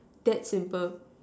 that simple